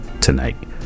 Tonight